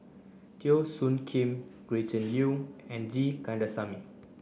Teo Soon Kim Gretchen Liu and G Kandasamy